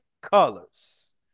colors